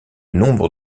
nombre